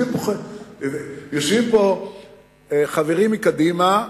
ויושבים פה חברים מקדימה.